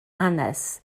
hanes